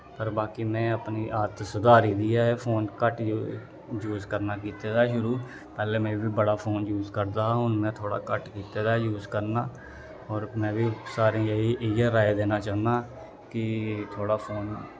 होर बाकी में अपनी आदत सुधारी दी ऐ फोन घट्ट यूस करना कीते दा शुरू पैह्लें में बी बड़ा फोन यूस करदा हा हून में थोह्ड़ा घट्ट कीते दा यूस करना होर में बी सारें गी इयै राए देना चाह्न्नां कि थोह्ड़ा फोन